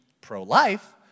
pro-life